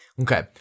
Okay